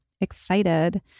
excited